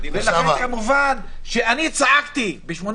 אני צעקתי ב-84'